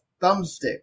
thumbstick